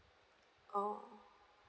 oh